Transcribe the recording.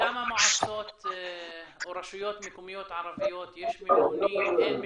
בכמה מועצות או רשויות מקומיות ערביות יש ממונים או אין ממונים?